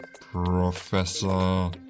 Professor